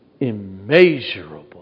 immeasurable